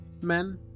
men